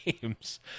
games